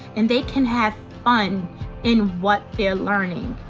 and they can have fun in what they're learning.